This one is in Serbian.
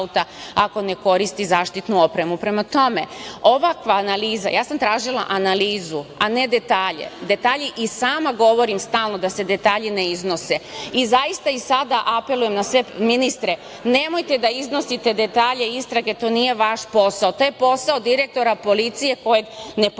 ako ne koristi zaštitnu opremu. Prema tome, ovakva analiza, ja sam tražila analizu, a ne detalje, detalje i sama govorim, da se detalji ne iznose i zaista i sada apelujem na sve ministre, nemojte da iznosite detalje istrage, to nije vaš posao, to je posao direktora policije, kojeg ne postavljate